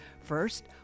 First